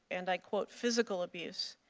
and i quote, physical abuse.